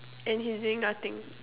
and he's doing nothing